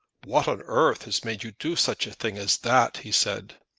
what on earth has made you do such a thing as that? he said.